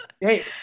hey